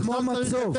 זה כמו מצוף.